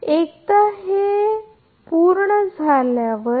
एकदा हे पूर्ण झाल्यावर फक्त ध्यानात ठेवा